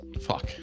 Fuck